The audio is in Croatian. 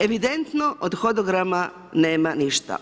Evidentno od hodograma nema ništa.